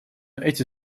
эти